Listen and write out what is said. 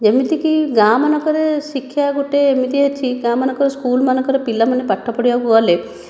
ଯେମିତିକି ଗାଁ ମାନଙ୍କରେ ଶିକ୍ଷା ଗୋଟିଏ ଏମିତି ଅଛି ଗାଁ ମାନଙ୍କରେ ସ୍କୁଲମାନଙ୍କର ପିଲାମାନେ ପାଠ ପଢ଼ିବାକୁ ଗଲେ